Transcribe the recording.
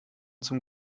zum